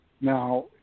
Now